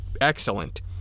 excellent